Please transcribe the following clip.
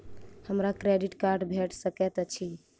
हमरा credit card भेट सकैत अछि?